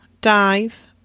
dive